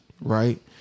Right